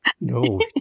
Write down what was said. No